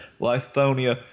Lithonia